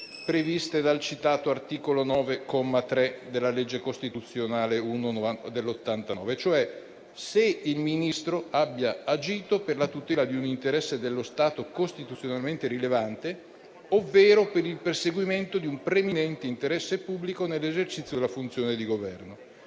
previste dal citato articolo 9, comma 3, della legge costituzionale n. 1 del 1989, e cioè se il Ministro abbia agito per la tutela di un interesse dello Stato costituzionalmente rilevante, ovvero per il perseguimento di un preminente interesse pubblico nell'esercizio della funzione di Governo.